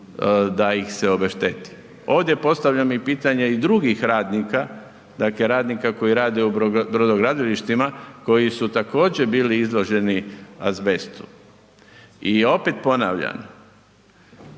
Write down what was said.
da ih se obešteti. Ovdje postavljam i pitanje i drugih radnika, dakle radnika koji rade u brodogradilištima, koji su također bili izloženi azbestu. I opet ponavljam,